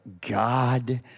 God